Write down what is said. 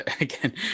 again